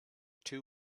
two